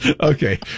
Okay